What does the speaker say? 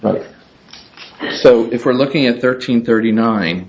right so if we're looking at thirteen thirty nine